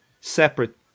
separate